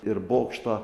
ir bokštą